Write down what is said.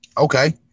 Okay